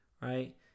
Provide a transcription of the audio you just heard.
right